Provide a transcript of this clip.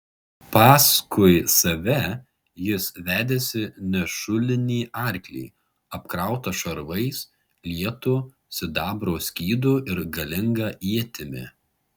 paskui save jis vedėsi nešulinį arklį apkrautą šarvais lietu sidabro skydu ir galinga ietimi